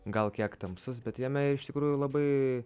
gal kiek tamsus bet jame iš tikrųjų labai